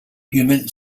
human